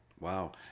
Wow